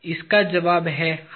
इसका जवाब है हाँ